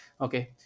okay